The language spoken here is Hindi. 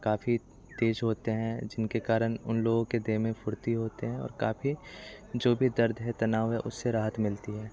काफ़ी तेज़ होते हैं जिनके कारण उन लोगों के देह में फ़ुर्ती होती है और काफ़ी जो भी दर्द है तनाव है उससे राहत मिलती है